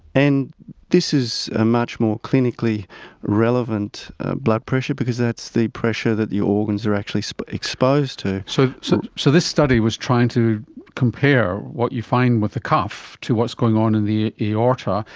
and this is a much more clinically relevant blood pressure because that's the pressure that the organs are actually so exposed to. so so so this study was trying to compare what you find with a cuff to what's going on in the aorta,